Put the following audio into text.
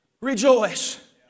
rejoice